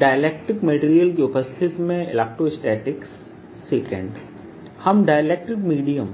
dielectric material की उपस्थिति में इलेक्ट्रोस्टैटिक्स II हम डाइलेक्ट्रिक मीडियम